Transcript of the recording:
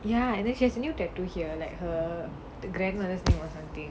ya and then she has a new tattoo here like her the grandmother's name or something